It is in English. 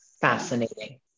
fascinating